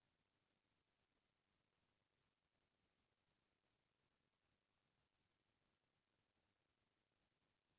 जेन मनसे ह टेक्टर टाली बिसाय नहि त बिन टाली के कइसे बूता होही टाली के होना जरुरी रहिथे